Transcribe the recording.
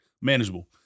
manageable